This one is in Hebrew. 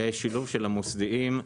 לשילוב של המוסדיים.